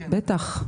בטח.